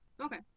Okay